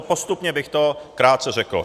Postupně bych to krátce řekl.